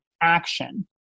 action